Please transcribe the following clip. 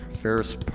Ferris